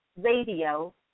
Radio